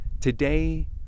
today